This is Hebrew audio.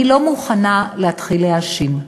אני לא מוכנה להתחיל להאשים.